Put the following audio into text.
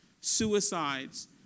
suicides